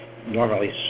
normally